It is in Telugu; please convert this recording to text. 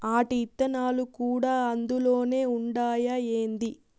ఆటి ఇత్తనాలు కూడా అందులోనే ఉండాయా ఏంది